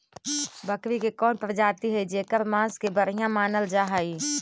बकरी के कौन प्रजाति हई जेकर मांस के बढ़िया मानल जा हई?